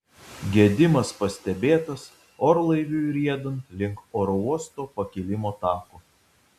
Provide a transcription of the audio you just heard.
gedimas pastebėtas orlaiviui riedant link oro uosto pakilimo tako